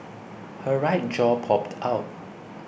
her right jaw popped out